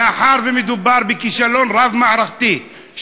מאחר שמדובר בכישלון רב-מערכתי,